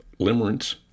limerence